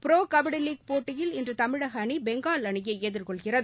bro kabaddi league போட்டியில் இன்று தமிழக அணி பெங்கால் அணியை எதிர் கொள்கிறது